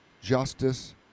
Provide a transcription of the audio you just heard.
justice